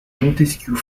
montesquiou